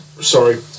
sorry